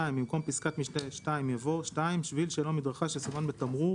במקום פסקת משנה (2) יבוא: "(2) שביל שאינו מדרכה שסומן בתמרור